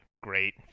great